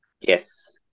Yes